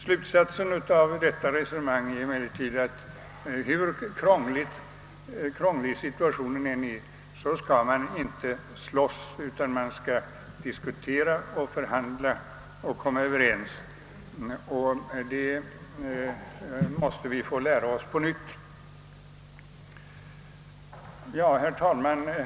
Slutsatsen av detta resonemang är emellertid att hur krånglig situationen än är skall man inte slåss, utan man skall diskutera, förhandla och komma överens. Detta måste vi lära oss på nytt. Herr talman!